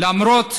למרות